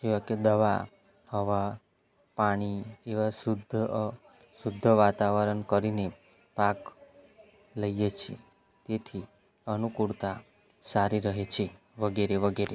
જેવા કે દવા હવા પાણી એવા શુદ્ધ શુદ્ધ વાતાવરણ કરીને પાક લઈએ છી તેથી અનુકૂળતા સારી રહે છે વગેરે વગેરે